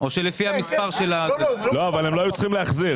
הם לא היו צריכים להחזיר.